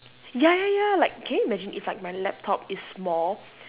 ya ya ya like can you imagine if like my laptop is small